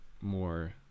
more